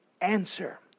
answer